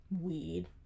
weed